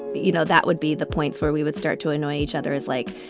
you know, that would be the points where we would start to annoy each other is like,